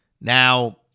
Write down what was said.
Now